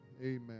Amen